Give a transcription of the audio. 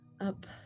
up